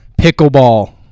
Pickleball